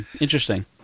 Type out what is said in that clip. interesting